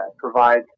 provides